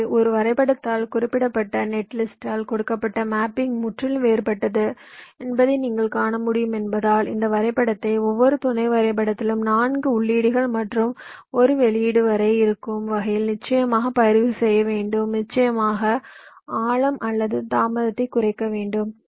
எனவே ஒரு வரைபடத்தால் குறிப்பிடப்பட்ட நெட்லிஸ்ட்டால் கொடுக்கப்பட்ட மேப்பிங் முற்றிலும் வேறுபட்டது என்பதை நீங்கள் காண முடியும் என்பதால் இந்த வரைபடத்தை ஒவ்வொரு துணை வரைபடத்திலும் 4 உள்ளீடுகள் மற்றும் 1 வெளியீடு வரை இருக்கும் வகையில் நிச்சயமாக பகிர்வு செய்ய வேண்டும் நிச்சயமாக ஆழம் அல்லது தாமதத்தை குறைக்க வேண்டும்